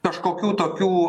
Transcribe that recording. kažkokių tokių